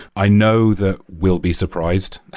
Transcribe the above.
i know that we'll be surprised.